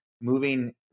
moving